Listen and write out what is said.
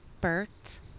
Bert